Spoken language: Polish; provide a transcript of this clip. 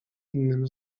innym